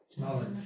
Knowledge